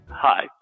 Hi